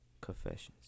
confessions